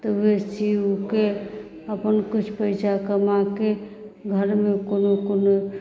तऽ उएह सी ऊके अपन किछु पैसा कमाके घरमे कोनो कोनो